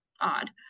odd